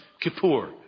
Kippur